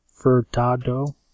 Furtado